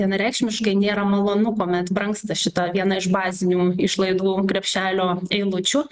vienareikšmiškai nėra malonu kuomet brangsta šita viena iš bazinių išlaidų krepšelio eilučių